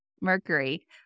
Mercury